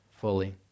fully